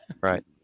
right